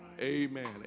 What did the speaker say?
Amen